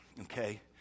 okay